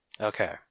Okay